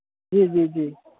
जी जी जी